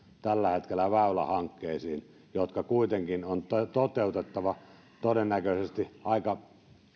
tällä hetkellä väylähankkeisiin jotka kuitenkin on toteutettava todennäköisesti aika